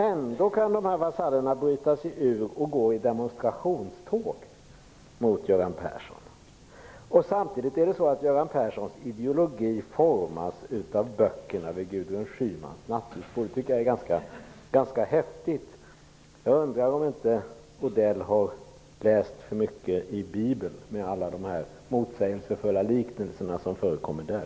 Ändå kan vasallerna bryta sig ur och gå i demonstrationståg mot Göran Persson. Mats Odell säger också att Göran Perssons ideologi formas av böckerna på Gudrun Schymans nattduksbord. Det är ganska häftigt. Jag undrar om inte Odell har läst för mycket i Bibeln, med tanke på alla motsägelsefulla liknelser som förekommer där.